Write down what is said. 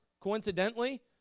coincidentally